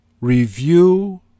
review